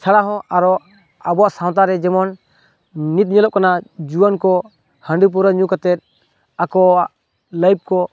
ᱪᱷᱟᱲᱟ ᱦᱚᱸ ᱟᱨᱚ ᱟᱵᱚᱣᱟᱜ ᱥᱟᱶᱛᱟᱨᱮ ᱡᱮᱢᱚᱱ ᱱᱤᱛ ᱧᱮᱞᱚᱜ ᱠᱟᱱᱟ ᱡᱩᱣᱟᱹᱱ ᱠᱚ ᱦᱟᱺᱰᱤ ᱯᱟᱹᱣᱨᱟᱹ ᱧᱩ ᱠᱟᱛᱮᱫ ᱟᱠᱚᱣᱟᱜ ᱞᱟᱭᱤᱯᱷ ᱠᱚ